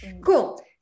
cool